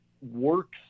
works